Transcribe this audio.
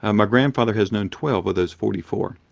ah my grandfather has known twelve of those forty four,